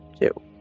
Two